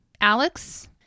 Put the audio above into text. Alex